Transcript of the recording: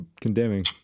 condemning